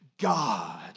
God